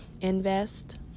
invest